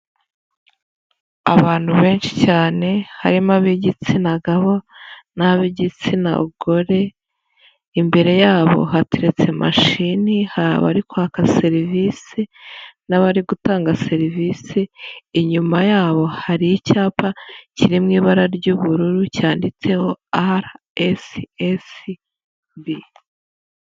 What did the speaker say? Abantu benshi cyane harimo ab' igitsina gabo n'ab'igitsina gore, imbere yabo hateretse mashini, hari abari kwaka serivisi n'abari gutanga serivisi, inyuma yabo hari icyapa kiri mu ibara ry'ubururu cyanditseho RSSB.